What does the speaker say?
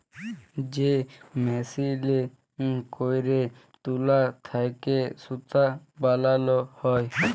যে মেসিলে ক্যইরে তুলা থ্যাইকে সুতা বালাল হ্যয়